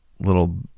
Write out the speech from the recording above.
little